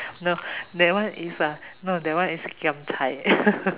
no that one is uh that one is giam cai